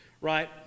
right